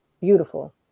beautiful